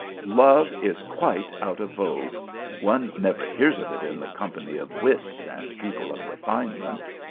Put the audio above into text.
love is quite out of vogue one never hears of it in the company of wits and people of refinement.